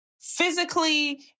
physically